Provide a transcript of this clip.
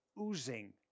oozing